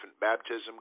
Baptism